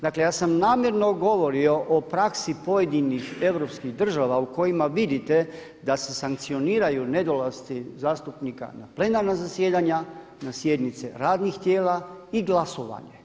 Dakle, ja sam namjerno govorio o praksi pojedinih europskih država u kojima vidite da se sankcioniraju nedolasci zastupnika na plenarna zasjedanja, na sjednice radnih tijela i glasovanje.